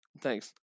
Thanks